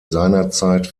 seinerzeit